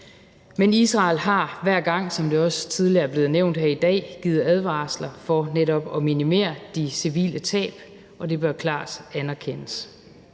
Men Israel har hver gang, som det også tidligere er blevet nævnt i dag, givet advarsler for netop at minimere de civile tab, og det bør klart anerkendes.